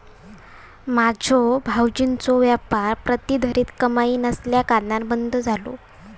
माझ्यो भावजींचो व्यापार प्रतिधरीत कमाई नसल्याकारणान बंद झालो